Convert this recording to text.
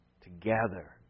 together